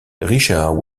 richard